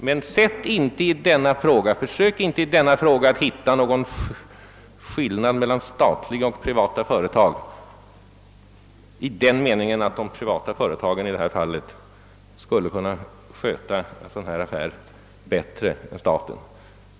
Men försök inte i denna fråga att hitta någon skillnad mellan statliga och privata företag i den meningen, att de privata företagen skulle kunna sköta en sådan affär bättre än staten!